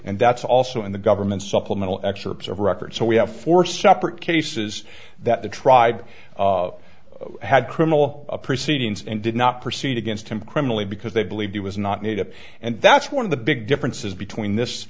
and that's also in the government's supplemental excerpts of record so we have four separate cases that the tribe had criminal proceedings and did not proceed against him criminally because they believed it was not made up and that's one of the big differences between this